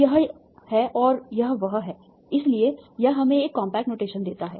तो यह यह है और यह वह है इसलिए यह हमें एक कॉम्पैक्ट नोटेशन देता है